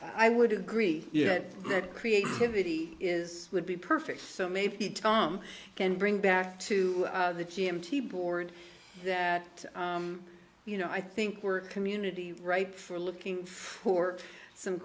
i would agree that creativity is would be perfect so maybe tom can bring back to the t m t board that you know i think we're community right for looking for some